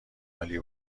عالی